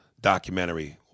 documentary